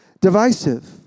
divisive